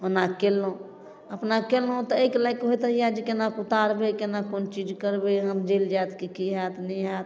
ओना केलहुँ अपना केलहुँ तऽ एहि लऽ कऽ होइत रहैए जे कोनाकऽ उतारबै कोना कोन चीज करबै हाथ जरि जाएत कि कि हैत नहि हैत